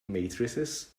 matrices